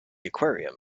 aquarium